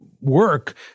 work